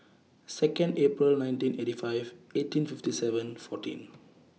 Second April nineteen eighty five eighteen fifty seven fourteen